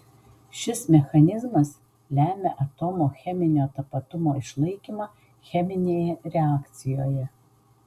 šis mechanizmas lemia atomo cheminio tapatumo išlaikymą cheminėje reakcijoje